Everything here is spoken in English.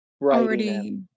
already